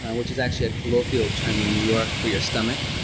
and which is actually a colloquial term in new york for your stomach.